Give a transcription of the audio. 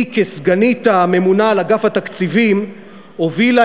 כסגנית הממונה על אגף התקציבים היא הובילה